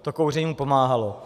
To kouření pomáhalo.